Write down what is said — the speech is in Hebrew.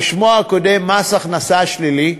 בשמו הקודם מס הכנסה שלילי,